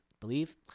believe